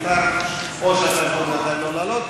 תבחר: או שאתה יכול בינתיים לא לעלות,